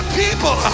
people